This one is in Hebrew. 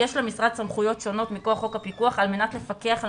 יש למשרד סמכויות שונות מכוח חוק הפיקוח על מנת לפקח על